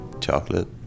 chocolate